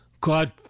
God